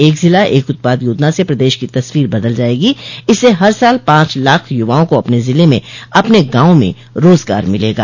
एक जिला एक उत्पाद योजना से प्रदेश की तस्वीर बदल जायेगी इससे हर साल पांच लाख युवाओं को अपने जिले में अपने गांव में राजगार मिलेगा